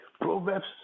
Proverbs